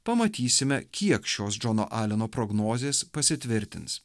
pamatysime kiek šios džono aleno prognozės pasitvirtins